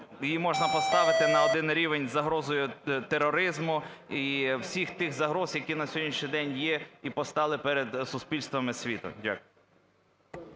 Її можна поставити на один рівень з загрозою тероризму і всіх тих загроз, які на сьогоднішній день є і постали перед суспільством і світом. Дякую.